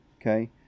Okay